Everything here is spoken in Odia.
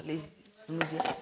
ଖାଲି